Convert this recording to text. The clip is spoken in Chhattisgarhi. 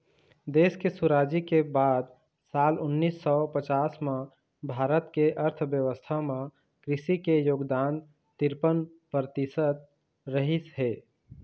देश के सुराजी के बाद साल उन्नीस सौ पचास म भारत के अर्थबेवस्था म कृषि के योगदान तिरपन परतिसत रहिस हे